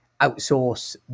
outsource